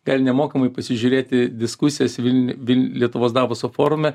gali nemokamai pasižiūrėti diskusijas viln viln lietuvos davoso forume